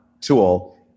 tool